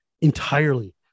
entirely